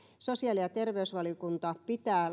sosiaali ja terveysvaliokunta pitää